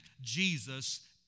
Jesus